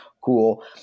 cool